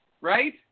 right